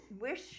wish